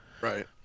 Right